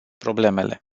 problemele